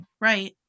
Right